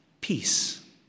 Peace